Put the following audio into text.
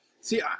See